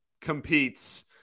competes